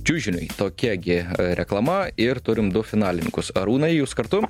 čiužiniui tokia gi reklama ir turim du finalininkus arūnai jūs kartu